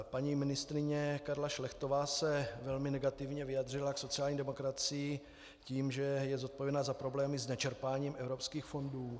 Paní ministryně Karla Šlechtová se velmi negativně vyjádřila k sociální demokracii, že je zodpovědná za problémy s nečerpáním evropských fondů.